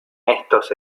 estos